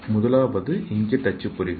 முதலாவது இன்க்ஜெட் அச்சுப்பொறிகள்